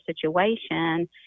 situation